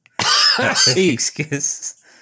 excuse